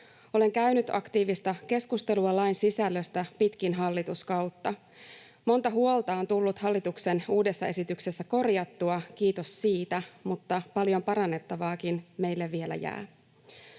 Olen käynyt aktiivista keskustelua lain sisällöstä pitkin hallituskautta. Monta huolta on tullut hallituksen uudessa esityksessä korjattua — kiitos siitä — mutta paljon parannettavaakin meille vielä jää.